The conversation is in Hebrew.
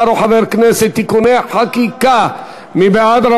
שר או חבר הכנסת (תיקוני חקיקה) מי בעד,